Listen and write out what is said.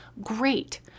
Great